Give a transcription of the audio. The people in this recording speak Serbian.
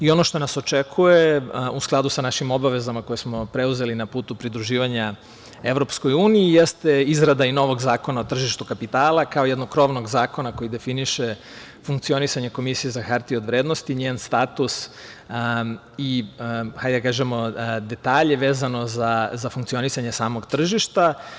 Ono što nas očekuje u skladu sa našim obavezama koje smo preuzeli na putu pridruživanja EU jeste izrada i novog zakona o tržištu kapitala kao jednog krovnog zakona koji definiše funkcionisanje Komisije za hartije od vrednosti, njen status i, ajde da kažemo, detalje, vezano za funkcionisanje samog tržišta.